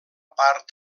part